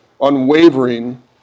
unwavering